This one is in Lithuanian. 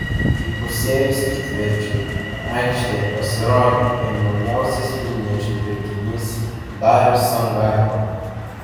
įpusėjus ketvirčiui aikštėje pasirodė ir naujausias vilniečių pirkinys darius songaila